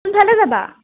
কোনফালে যাবা